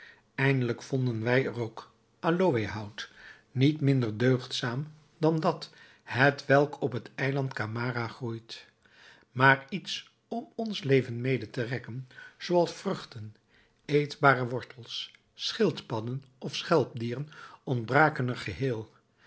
eindelijk vonden wij er ook aloëhout niet minder deugdzaam dan dat hetwelk op het eiland camara groeit maar iets om ons leven mede te rekken zooals vruchten eetbare wortels schildpadden of schelpdieren ontbraken er geheel